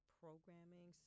programming